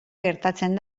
gertatzen